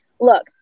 look